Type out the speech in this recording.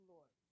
Lord